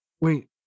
wait